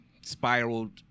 spiraled